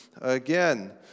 again